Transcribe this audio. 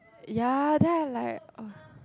ya then I like